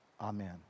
Amen